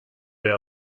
wer